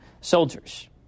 soldiers